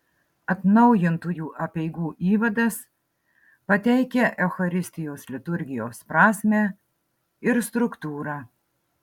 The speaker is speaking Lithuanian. atnaujintųjų apeigų įvadas pateikia eucharistijos liturgijos prasmę ir struktūrą